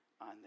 on